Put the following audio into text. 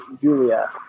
Julia